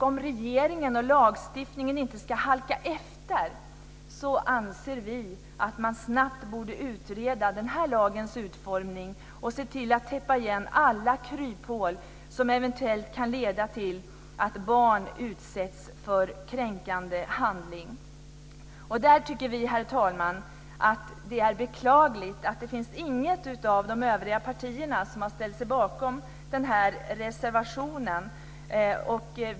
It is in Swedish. Om regeringen och lagstiftningen inte ska halka efter anser vi att man snabbt borde utreda den här lagens utformning och se till att täppa igen alla kryphål som eventuellt kan leda till att barn utsätts för kränkande handling. Herr talman! Vi tycker att det är beklagligt att inget av de övriga partierna har ställt sig bakom vår reservation.